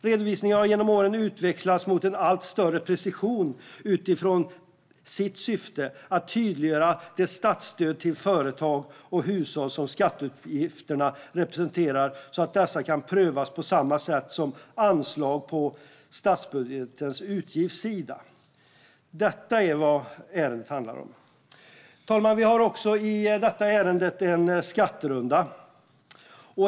Redovisningen har genom åren utvecklats mot en allt större precision utifrån sitt syfte, att tydliggöra det statsstöd till företag och hushåll som skatteutgifterna representerar så att dessa kan prövas på samma sätt som anslagen på statsbudgetens utgiftssida. Detta är vad ärendet handlar om. Fru talman! Vi har också i detta ärende en skatterunda.